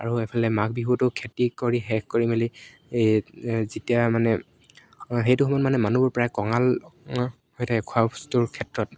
আৰু এফালে মাঘ বিহুটো খেতি কৰি শেষ কৰি মেলি এই যেতিয়া মানে সেইটো সময়ত মানে মানুহবোৰ প্ৰায় কঙাল হৈ থাকে খোৱা বস্তুৰ ক্ষেত্ৰত